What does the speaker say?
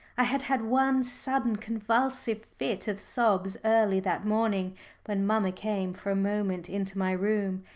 i had had one sudden convulsive fit of sobs early that morning when mamma came for a moment into my room,